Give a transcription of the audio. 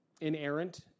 inerrant